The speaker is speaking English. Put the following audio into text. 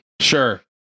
Sure